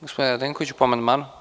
Gospodine Radenkoviću, po amandmanu?